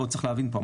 צריך להבין פה,